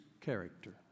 character